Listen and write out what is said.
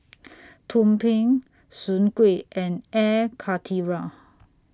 Tumpeng Soon Kuih and Air Karthira